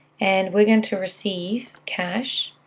and we're going to receive cash.